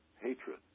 hatred